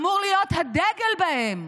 אמור להיות הדגל בהם.